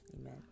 amen